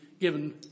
given